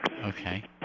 Okay